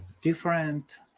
different